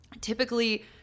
typically